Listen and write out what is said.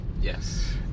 Yes